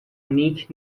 نیک